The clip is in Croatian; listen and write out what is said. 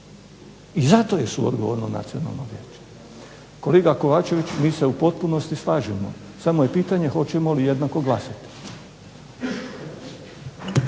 I zato je suodgovorno Nacionalno vijeće. Kolega Kovačević mi se u potpunosti slažemo samo je pitanje hoćemo li jednako glasati.